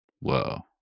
Whoa